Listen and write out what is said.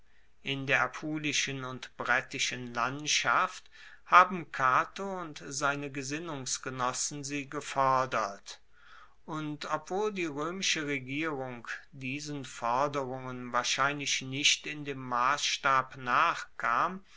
in der apulischen und brettischen landschaft haben cato und seine gesinnungsgenossen sie gefordert und obwohl die roemische regierung diesen forderungen wahrscheinlich nicht in dem massstab nachkam